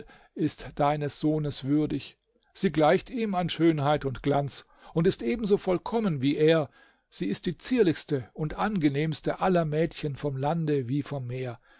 ist deines sohnes würdig sie gleicht ihm an schönheit und glanz und ist ebenso vollkommen wie er sie ist die zierlichste und angenehmste aller mädchen vom lande wie vom meer